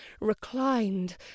reclined